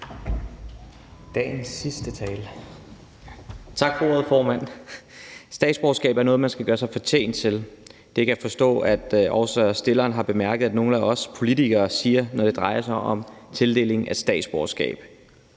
Rona (M): Tak for ordet, formand. Statsborgerskab er noget, man skal gøre sig fortjent til. Jeg kan forstå, at ordføreren for forslagsstillerne har bemærket, at nogle af os politikere siger det, når det drejer sig om tildeling af statsborgerskab.